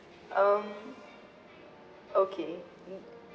um okay mm